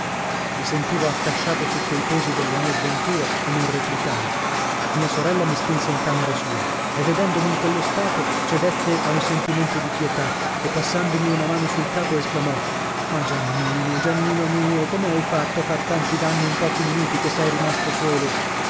i sentivo accasciato sotto il peso delle mie sventure e non replicai mia sorella mi spinse in camera sua e vedendomi in quello stato cedette e un sentimento di pietà e passandomi una mano sul capo esclamò ma giannino giannino mio come hai fatto a far tanti danni in pochi minuti che sei rimasto solo